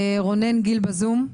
רונן גיל, בזום.